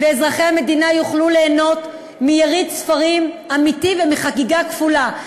ואזרחי המדינה יוכלו ליהנות מיריד ספרים אמיתי ומחגיגה כפולה,